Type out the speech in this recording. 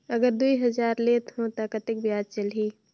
अगर दुई हजार लेत हो ता कतेक ब्याज चलही?